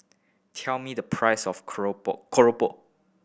tell me the price of keropok